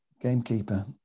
gamekeeper